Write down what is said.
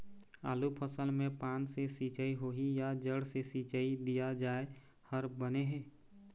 आलू फसल मे पान से सिचाई होही या जड़ से सिचाई दिया जाय हर बने हे?